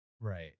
Right